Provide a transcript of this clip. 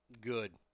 Good